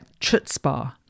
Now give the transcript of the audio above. chutzpah